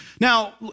Now